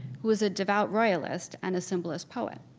who was a devout royalist and a symbolist poet.